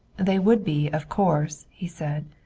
they would be, of course, he said.